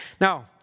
Now